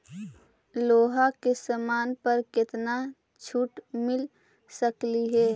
लोहा के समान पर केतना छूट मिल सकलई हे